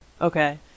Okay